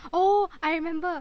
oh I rememeber